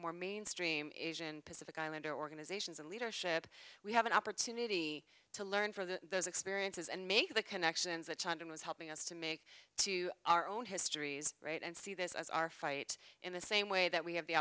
more mainstream asian pacific islander organizations and leadership we have an opportunity to learn from the experiences and make the connections that chandra was helping us to make to our own histories right and see this as our fight in the same way that we have the